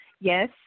yes